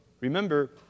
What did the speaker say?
remember